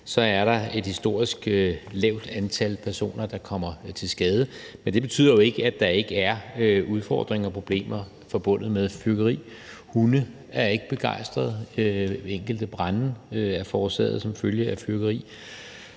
er det et historisk lavt antal personer, der kommer til skade. Men det betyder jo ikke, at der ikke er udfordringer og problemer forbundet med fyrværkeri: Hunde er ikke begejstrede, enkelte brande er forårsaget af fyrværkeri.